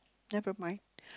never mind